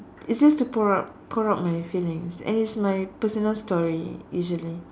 it's just to pour out pour out my feelings and it's my personal story usually